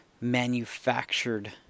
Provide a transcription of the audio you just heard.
manufactured